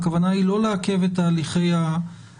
הכוונה היא לא לעכב את תהליכי החקיקה,